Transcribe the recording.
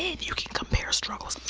you can compare struggles.